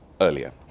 earlier